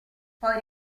poi